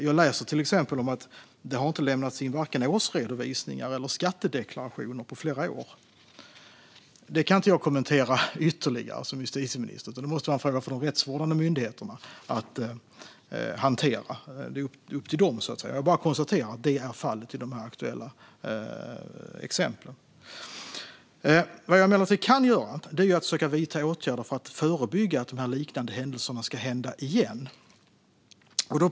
Jag läste till exempel att varken årsredovisningar eller skattedeklarationer har lämnats in på flera år. Jag kan inte kommentera detta ytterligare som justitieminister, utan det måste vara en fråga för de rättsvårdande myndigheterna att hantera. Det är upp till dem. Jag konstaterar bara att detta är fallet i det aktuella exemplet. Vad jag emellertid kan göra är att försöka vidta åtgärder för att förebygga att liknande händelser sker igen.